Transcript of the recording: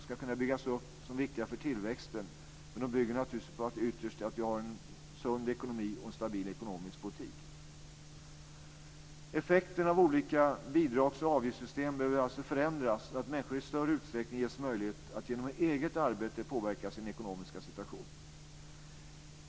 Sådana är viktiga för tillväxten, men de bygger naturligtvis ytterst på att vi har en sund ekonomi och en stabil ekonomisk politik. Effekten av olika bidrags och avgiftssystem behöver alltså förändras, så att människor i större utsträckning ges möjlighet att genom eget arbete påverka sin ekonomiska situation.